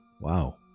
Wow